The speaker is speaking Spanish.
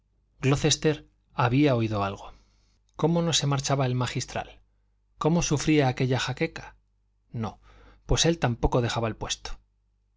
peligrosas glocester había olido algo cómo no se marchaba el magistral cómo sufría aquella jaqueca no pues él tampoco dejaba el puesto